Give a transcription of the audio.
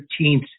13th